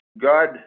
God